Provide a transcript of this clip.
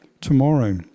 tomorrow